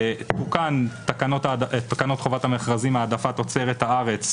תוקן תקנות חובת המכרזים העדפת תוצרת הארץ,